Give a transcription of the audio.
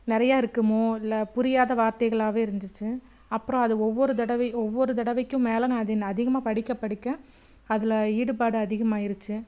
நிறையா இருக்குமோ இல்லை புரியாத வார்த்தைகளாகவே இருந்துச்சு அப்புறம் அது ஒவ்வொரு தடவையும் ஒவ்வொரு தடவைக்கும் மேலே நான் அது அதிகமாக படிக்க படிக்க அதில் ஈடுபாடு அதிகமாகிருச்சி